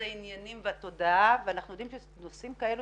העניינים והתודעה ואנחנו יודעים שנושאים כאלו,